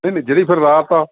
ਨਹੀਂ ਨਹੀਂ ਜਿਹੜੀ ਫਿਰ ਰਾਤ ਆ